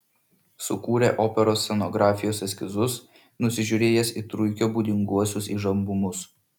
sukūrė operos scenografijos eskizus nusižiūrėjęs į truikio būdinguosius įžambumus